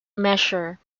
measure